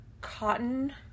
cotton